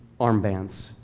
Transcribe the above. armbands